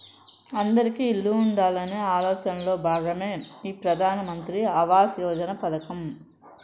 అందిరికీ ఇల్లు ఉండాలనే ఆలోచనలో భాగమే ఈ ప్రధాన్ మంత్రి ఆవాస్ యోజన పథకం